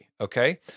Okay